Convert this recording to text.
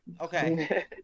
Okay